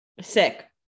Sick